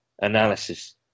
analysis